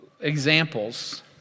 examples